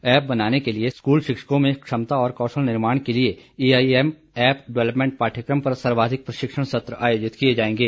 app बनाने के लिए स्कूल शिक्षकों में क्षमता और कौशल निर्माण के लिए एआईएम ऐप डेवलपमेंट पाठयक्रम पर सर्वाधिक प्रशिक्षण सत्र आयोजित किए जाएंगे